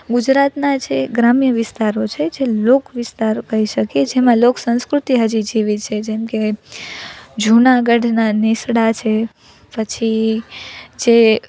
ગુજરાતના જે ગ્રામ્ય વિસ્તારો છે જે લોક વિસ્તારો કહી શકીએ જેમાં લોક સંસ્કૃતિ હજી જીવી છે જેમકે જુનાગઢના નેસડા છે પછી જે